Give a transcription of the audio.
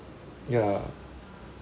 ya